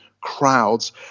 crowds